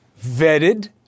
vetted